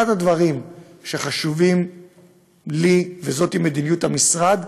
אחד הדברים שחשובים לי, וזאת מדיניות המשרד,